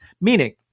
Meaning